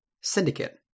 syndicate